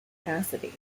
cassidy